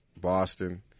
boston